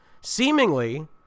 seemingly